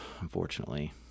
Unfortunately